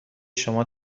شما